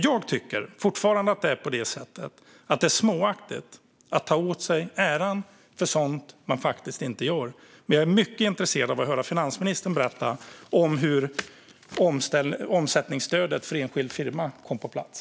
Jag tycker fortfarande att det är småaktigt att ta åt sig äran för sådant som man faktiskt inte gör. Men jag är mycket intresserad av att höra finansministern berätta om hur omsättningsstödet för enskild firma kom på plats.